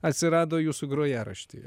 atsirado jūsų grojaraštyje